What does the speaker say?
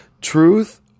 truth